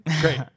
Great